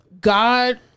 God